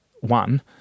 one